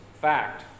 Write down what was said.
fact